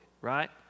right